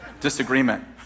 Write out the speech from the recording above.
disagreement